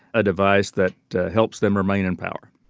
a device that helps them remain in power